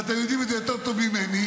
ואתם יודעים את זה יותר טוב ממני,